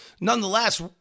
Nonetheless